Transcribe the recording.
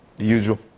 usual.